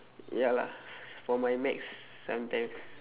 ya lah for my maths sometimes